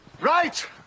Right